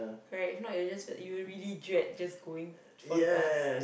correct if not you will just you really drag just going for the class